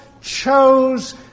chose